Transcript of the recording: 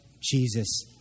Jesus